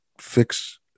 fix